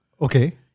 Okay